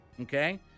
Okay